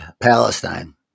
Palestine